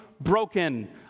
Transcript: broken